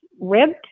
ribbed